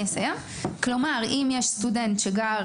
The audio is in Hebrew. כלומר אם יש סטודנט שגר